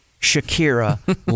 Shakira